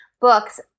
books